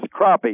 crappie